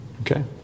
Okay